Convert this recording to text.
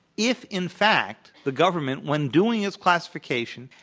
if in fact, the government, when doing its classification,